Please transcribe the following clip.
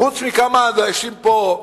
חוץ מכמה אנשים פה,